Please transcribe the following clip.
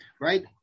right